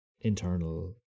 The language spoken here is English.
internal